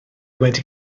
wedi